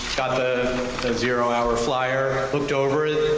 got the zero hour flyer. looked over it.